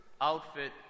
outfit